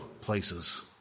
places